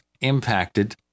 impacted